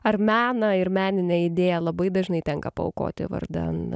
ar meną ir meninę idėją labai dažnai tenka paaukoti vardan